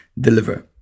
deliver